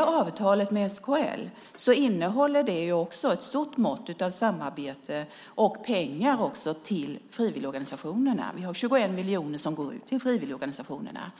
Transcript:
Avtalet med SKL innehåller ett stort mått av samarbete och även pengar till frivilligorganisationerna. 21 miljoner går ut till dem.